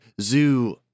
Zoo